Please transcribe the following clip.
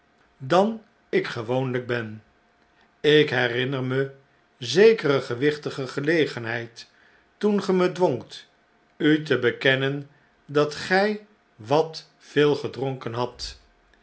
dan ik gewoonlijk ben ik herinner me zekere gewichtige gelegenheid toen ge me dwongt u te bekennen dat gij wat veel gedronken hadt